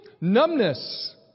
Numbness